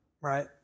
right